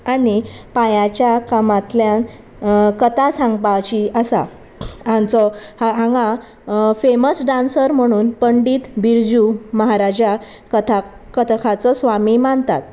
आनी पांयाच्या कामांतल्यान कथा सांगपाची आसा हांचो हांगा फेमस डांसर म्हणून पंडीत बिरजू महाराजा कथा कथकाचो स्वामी मानतात